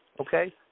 Okay